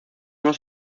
los